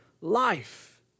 life